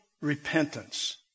repentance